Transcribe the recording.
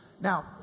Now